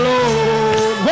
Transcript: Lord